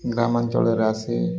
ଗ୍ରାମାଞ୍ଚଳରେ ଆସେ